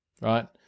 Right